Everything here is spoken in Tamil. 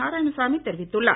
நாராயணசாமி தெரிவித்துள்ளார்